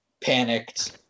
panicked